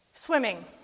Swimming